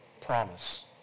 promise